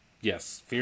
Yes